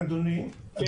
אני